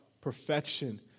perfection